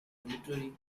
literary